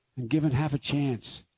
and given half a chance,